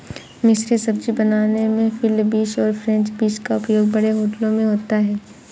मिश्रित सब्जी बनाने में फील्ड बींस और फ्रेंच बींस का उपयोग बड़े होटलों में होता है